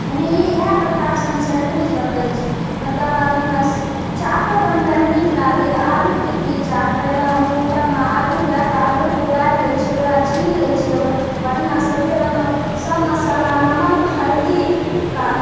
ऐनहिये इएह प्रकारसँ हम सैण्डविच बनबै छियै तकर बाद हमरा चाटो बनबैमे नीक लागै यऽ आलू टिक्की चाट पहले हम कुकरमे आलू दए कऽ आलूके उबालि लै छियै ओकरा छिल लै छियै बढिआँ सँ फेर ओहिमे सब मसाला नमक हल्दी का